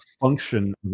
function